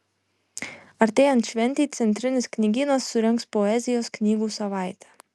artėjant šventei centrinis knygynas surengs poezijos knygų savaitę